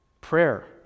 Prayer